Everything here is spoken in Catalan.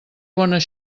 bones